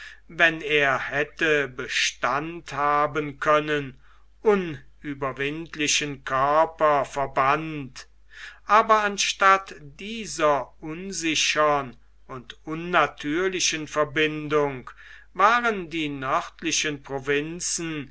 wenn er hätte bestand haben können unüberwindlichen körper verband aber anstatt dieser unsichern und unnatürlichen verbindung waren die nördlichen provinzen